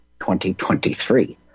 2023